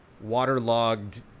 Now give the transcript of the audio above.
waterlogged